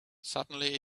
suddenly